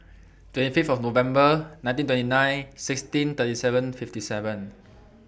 twenty Fifth of November nineteen twenty nine sixteen thirty seven fifty seven